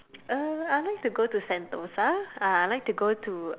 uh I like to go Sentosa uh I like to go to